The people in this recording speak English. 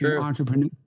entrepreneur